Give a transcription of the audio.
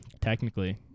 technically